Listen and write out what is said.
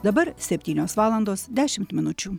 dabar septynios valandos dešimt minučių